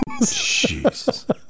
Jeez